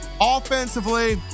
offensively